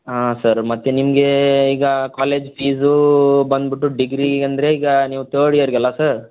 ಹಾಂ ಸರ್ ಮತ್ತು ನಿಮಗೆ ಈಗ ಕಾಲೇಜ್ ಫೀಸು ಬನ್ಬಿಟ್ಟು ಡಿಗ್ರಿ ಅಂದರೆ ಈಗ ನೀವು ಥರ್ಡ್ ಇಯರ್ಗಲ್ವಾ ಸರ್